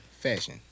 Fashion